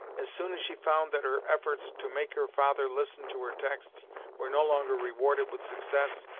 as soon as she found that her efforts to make her father listen to her texts were no longer rewarded with success,